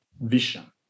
vision